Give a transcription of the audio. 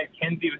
Kenzie